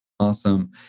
Awesome